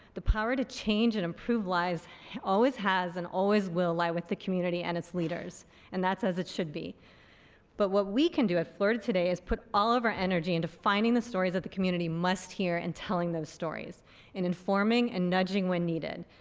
the power to change and improve lives always has and always will lie with the community and its leaders and that's as it should be but what we can do at florida today is put all of our energy into finding the stories that the community must hear and telling those stories and informing and nudging nudging when needed.